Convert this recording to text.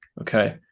Okay